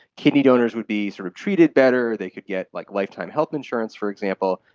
kidney donors would be sort of treated better, they could get like lifetime health insurance, for example,